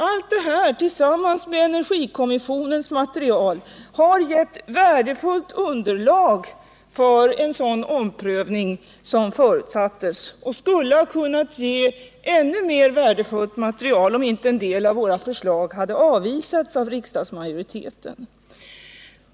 Allt detta tillsammans med energikommissionens material har givit värdefullt underlag för en sådan omprövning som förutsattes och skulle ha kunnat ge ännu mer värdefullt material, om inte en del av våra förslag hade avvisats av riksdagsmajoriteten.